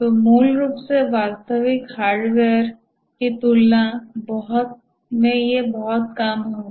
तो मूल रूप से वास्तविक हार्डवेयर तुलना में बहुत कम का होगा